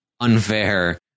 unfair